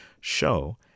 Show